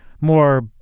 more